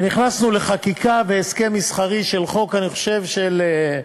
ונכנסנו לחקיקה והסכם מסחרי של חוק, אני חושב של,